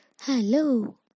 hello